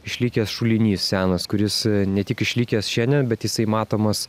išlikęs šulinys senas kuris ne tik išlikęs šiandien bet jisai matomas